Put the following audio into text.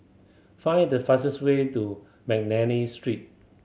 find the fastest way to McNally Street